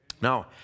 Now